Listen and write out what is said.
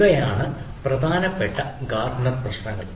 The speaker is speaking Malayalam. ഇവയാണ് പ്രധാന ഗാർട്ട്നർ പ്രശ്നങ്ങൾ